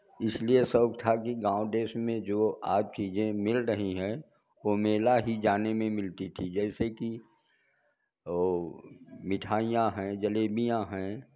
इसलिए शौक था कि गाँव देश में जो आज चीजें मिल रही हैं वो मेला ही जाने में मिलती थीं जैसे कि मिठाइयाँ हैं जलेबियाँ हैं